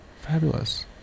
Fabulous